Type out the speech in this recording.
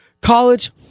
College